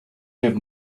have